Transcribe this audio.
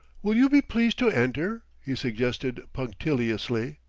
will you be pleased to enter? he suggested punctiliously.